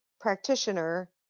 practitioner